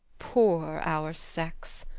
poor our sex!